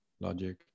logic